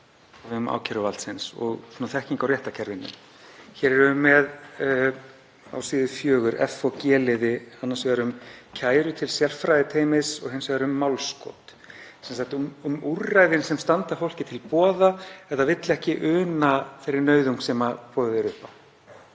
á vegum ákæruvaldsins og þekkingar á réttarkerfinu. Hér erum við með á síðu fjögur f- og g-liði, annars vegar um kæru til sérfræðiteymis og hins vegar um málskot, sem sagt um úrræðin sem standa fólki til boða ef það vill ekki una þeirri nauðung sem boðið er upp á.